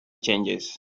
changes